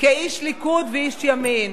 כאיש ליכוד ואיש ימין.